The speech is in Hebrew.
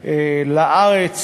לא הולך לצבא,